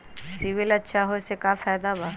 CIBIL अच्छा होऐ से का फायदा बा?